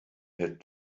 had